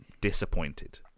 disappointed